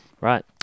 Right